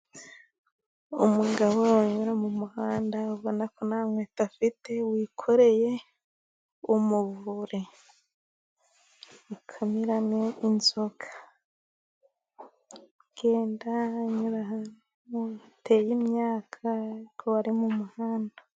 Umugabo uri mu muhanda ubona ko nta nkweto afite, wikoreye umuvure bakoreramo inzoga. Agenda anyura ahantu hateye imyaka, ariko harimo umuhanda.